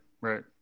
right